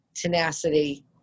tenacity